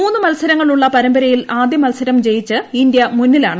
മൂന്ന് മത്സരങ്ങളുള്ള പരസ്പ്രമിൽ ആദ്യ മത്സരം ജയിച്ച് ഇന്ത്യ മുന്നിലാണ്